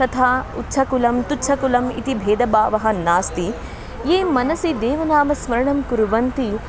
तथा उच्छकुलं तुच्छकुलम् इति भेदभावः नास्ति ये मनसि देवनामस्मरणं कुर्वन्ति